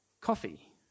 coffee